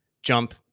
Jump